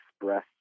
express